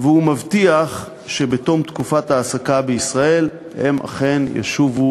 והוא מבטיח שבתום תקופת ההעסקה הם אכן ישובו